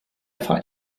thought